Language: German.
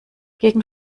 gegen